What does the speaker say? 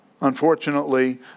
Unfortunately